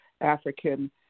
African